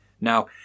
Now